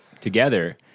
together